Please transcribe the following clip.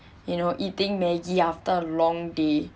you know eating maggie after a long day